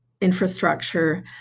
infrastructure